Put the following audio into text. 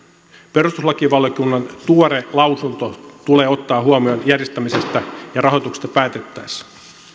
perustuslakivaliokunnan tuore lausunto tulee ottaa huomioon järjestämisestä ja rahoituksesta päätettäessä